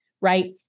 right